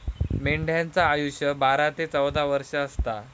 मेंढ्यांचा आयुष्य बारा ते चौदा वर्ष असता